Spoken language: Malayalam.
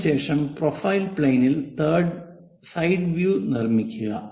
അതിനുശേഷം പ്രൊഫൈൽ പ്ലെയിനിൽ സൈഡ് വ്യൂ നിർമ്മിക്കുക